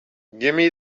gimme